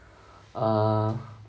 err